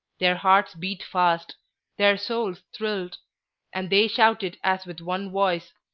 their hearts beat fast their souls thrilled and they shouted as with one voice,